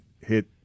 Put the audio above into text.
hit